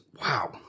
wow